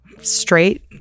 straight